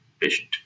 patient